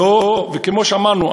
כמו שאמרנו,